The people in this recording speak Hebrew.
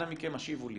אנא מכם השיבו לי